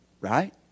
Right